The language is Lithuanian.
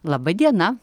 laba diena